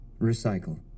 Recycle